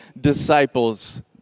disciples